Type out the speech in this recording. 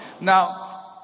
Now